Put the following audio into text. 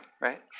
right